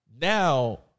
now